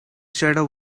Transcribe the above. shadow